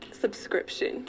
subscription